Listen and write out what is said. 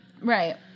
Right